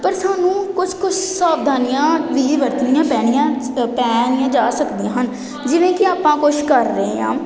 ਪਰ ਸਾਨੂੰ ਕੁਛ ਕੁਛ ਸਾਵਧਾਨੀਆਂ ਵੀ ਵਰਤਣੀਆਂ ਪੈਣੀਆਂ ਪੈਣੀਆਂ ਜਾ ਸਕਦੀਆਂ ਹਨ ਜਿਵੇਂ ਕਿ ਆਪਾਂ ਕੁਛ ਕਰ ਰਹੇ ਹਾਂ